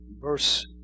Verse